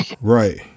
Right